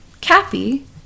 Cappy